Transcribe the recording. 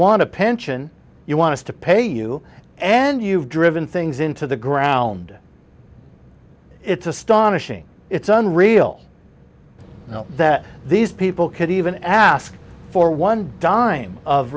want a pension you want to pay you and you've driven things into the ground it's astonishing it's unreal you know that these people could even ask for one dime of